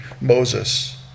Moses